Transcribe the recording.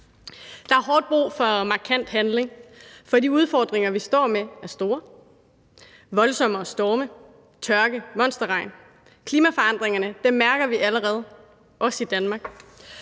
Der er hårdt brug for markant handling, for de udfordringer, vi står med, er store. Det er voldsommere storme, tørke og monsterregn. Vi mærker allerede klimaforandringerne, også i Danmark.